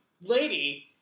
lady